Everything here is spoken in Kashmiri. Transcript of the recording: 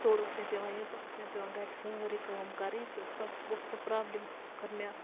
تورٕ اوس مےٚ پٮ۪وان یُن پَتہٕ ٲس مےٚ پٮ۪وان گَرِ سٲرٕے کٲم کَرٕنۍ تہٕ سۄ گوٚو سۄ پرٛابلِم کٔر مےٚ